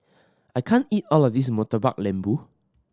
I can't eat all of this Murtabak Lembu